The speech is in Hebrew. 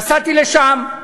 נסעתי לשם,